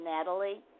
Natalie